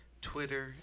Twitter